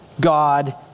God